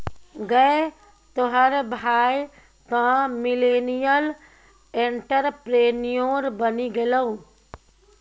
गै तोहर भाय तँ मिलेनियल एंटरप्रेन्योर बनि गेलौ